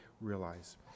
realize